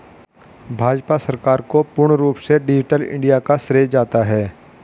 भाजपा सरकार को पूर्ण रूप से डिजिटल इन्डिया का श्रेय जाता है